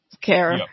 care